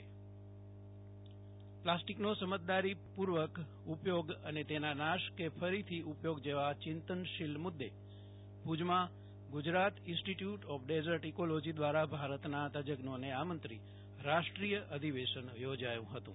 જયદિપ વૈષ્ણવ ભુજમાં રાષ્ટ્રીય અધિવેશન પ્લાસ્ટીકનો સમજદારીપૂ ર્વક ઉપયોગ અને તેના નાશ કે ફરીથી ઉપયોગ જેવા ચિંતનશીલ મુદ્દે ભુજમાં Gujarat institute of desert ecology દ્વારા ભારતના તજજ્ઞોને આમંત્રી રાષ્ટ્રીય અધિવેશન યોજાયુ હતું